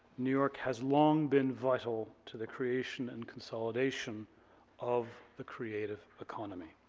new york has long been vital to the creation and consolidation of the creative economy.